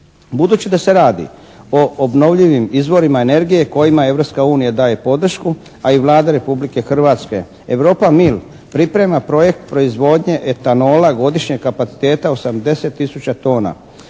Budući da se radi o obnovljivim izvorima energije kojima Europska unija daje podršku a i Vlada Republike Hrvatske Europa-mil priprema projekt proizvodnje etanola godišnjeg kapaciteta 80 tisuća tona